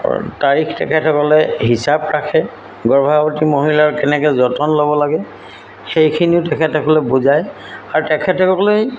তাৰিখ তেখেতসকলে হিচাপ ৰাখে গৰ্ভাৱতী মহিলাৰ কেনেকৈ যতন ল'ব লাগে সেইখিনিও তেখেতসকলে বুজায় আৰু তেখেতসকলেই